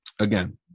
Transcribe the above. again